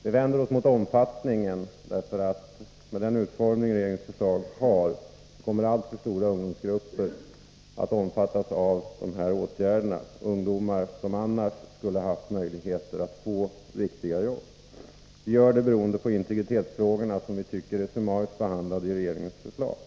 Vi vänder oss vidare emot förslagets omfattning. Med den utformning som regeringsförslaget har kommer nämligen alltför stora ungdomsgrupper att omfattas av de här åtgärderna — ungdomar som annars skulle haft möjligheter att få riktiga jobb. Vi anser att integritetsfrågorna är summariskt behandlade i regeringens förslag.